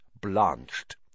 blanched